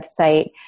website